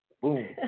boom